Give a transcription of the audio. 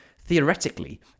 theoretically